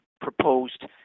proposed